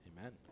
Amen